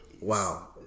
wow